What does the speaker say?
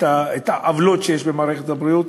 את העוולות שיש במערכת הבריאות,